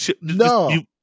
no